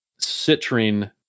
citrine